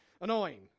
annoying